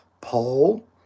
Paul